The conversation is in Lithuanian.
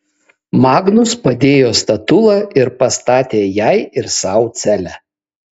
magnus padėjo statulą ir pastatė jai ir sau celę